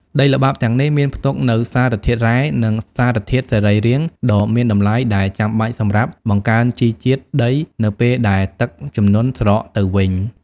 ដីល្បាប់ទាំងនេះមានផ្ទុកនូវសារធាតុរ៉ែ និងសារធាតុសរីរាង្គដ៏មានតម្លៃដែលចាំបាច់សម្រាប់ បង្កើនជីជាតិដីនៅពេលដែលទឹកជំនន់ស្រកទៅវិញ។